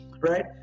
right